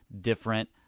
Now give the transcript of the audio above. different